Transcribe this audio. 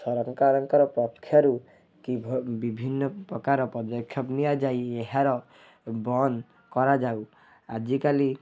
ସରକାରଙ୍କର ପକ୍ଷରୁ କିଭ ବିଭିନ୍ନ ପ୍ରକାର ପଦକ୍ଷେପ ନିଆଯାଇ ଏହାର ବନ୍ଦ କରାଯାଉ ଆଜି କାଲି